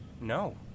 No